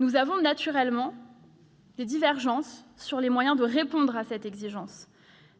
Nous avons naturellement des divergences sur les moyens de répondre à ces exigences,